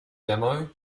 demo